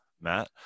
Matt